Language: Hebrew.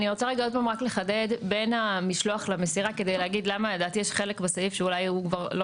המשמעות של המסירה היא שאדם קיבל.